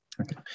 Okay